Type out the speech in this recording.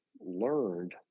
learned